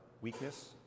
weakness